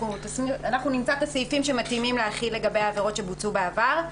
אנחנו נמצא את הסעיפים המתאימים להחיל לגבי עבירות שבוצעו בעבר.